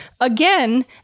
again